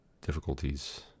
difficulties